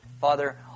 Father